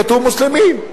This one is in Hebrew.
כתוב "מוסלמי".